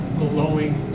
glowing